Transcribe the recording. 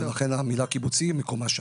לכן המילה קיבוציים - מקומה שם.